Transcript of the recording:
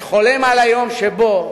אני חולם על היום שבו